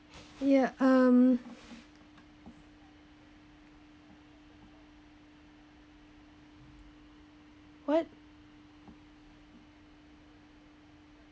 yeah um what